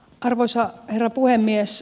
arvoisa herra puhemies